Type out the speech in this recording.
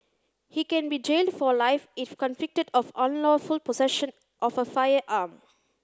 he can be jailed for life if convicted of unlawful possession of a firearm